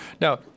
Now